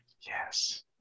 Yes